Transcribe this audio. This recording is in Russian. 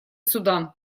судан